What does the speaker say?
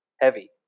heavy